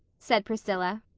said priscilla,